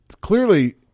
clearly